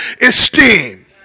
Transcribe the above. esteem